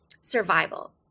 survival